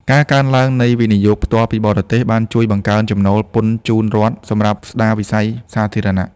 ការកើនឡើងនៃ វិនិយោគផ្ទាល់ពីបរទេស បានជួយបង្កើនចំណូលពន្ធជូនរដ្ឋសម្រាប់ស្ដារវិស័យសាធារណៈ។